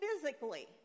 physically